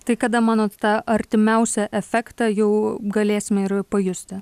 tai kada manot tą artimiausią efektą jau galėsime ir pajusti